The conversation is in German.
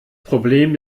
problem